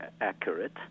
accurate